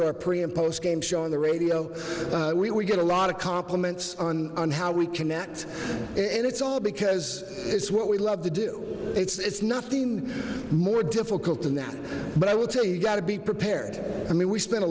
to a pretty and post game show on the radio we get a lot of compliments on how we connect and it's all because it's what we love to do it's nothing more difficult than that but i will tell you got to be prepared i mean we spent a